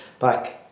back